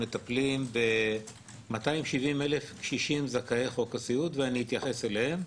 מטפלים ב-270,060 זכאי חוק הסיעוד ואני אתייחס אליהם.